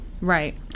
right